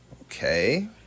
Okay